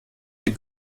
die